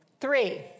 Three